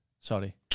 sorry